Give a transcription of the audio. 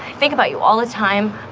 think about you all the time.